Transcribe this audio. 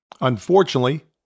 Unfortunately